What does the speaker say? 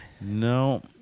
No